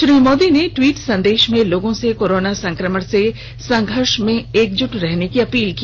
श्री मोदी ने ट्वीट संदेश में लोगों से कोरोना संक्रमण से संघर्ष में एकजुट रहने की अपील की